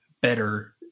better